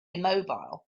immobile